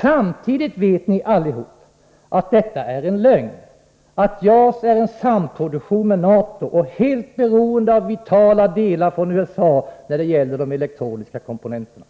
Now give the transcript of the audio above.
Samtidigt vet ni allihop att detta är en lögn, att JAS är en samproduktion med NATO och helt beroende av vitala delar från USA när det gäller de elektroniska komponenterna.